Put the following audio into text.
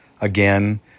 again